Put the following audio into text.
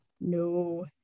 no